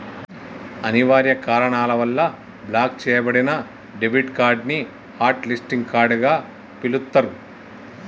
అనివార్య కారణాల వల్ల బ్లాక్ చెయ్యబడిన డెబిట్ కార్డ్ ని హాట్ లిస్టింగ్ కార్డ్ గా పిలుత్తరు